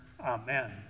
Amen